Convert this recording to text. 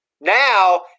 Now